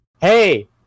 Hey